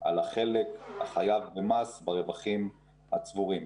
על החלק החייב במס ברווחים הצבורים.